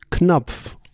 Knopf